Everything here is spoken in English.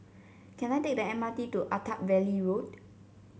can I take the M R T to Attap Valley Road